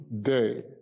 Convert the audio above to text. day